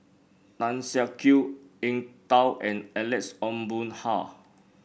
Tan Siak Kew Eng Tow and Alex Ong Boon Hau